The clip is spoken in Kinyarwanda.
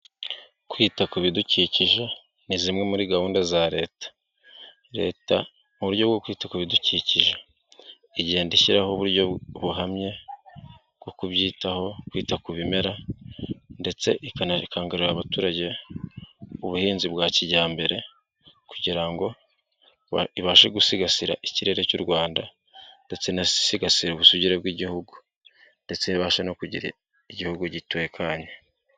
Kwita ku bidukikije ni zimwe muri gahunda za leta. Leta mu buryo bwo kwita ku bidukikije igenda ishyiraho uburyo buhamye bwo kubyitaho, kwita ku bimera ndetse ikanakangurira abaturage ubuhinzi bwa kijyambere kugira ngo ibashe gusigasira ikirere cy'u rwanda ndetse inasigasire ubusugire bw'igihugu ndetse babashe no kugira igihugu gitekanye.